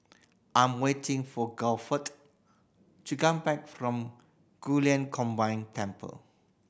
I am waiting for Guilford to come back from Guilin Combined Temple